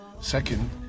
Second